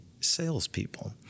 salespeople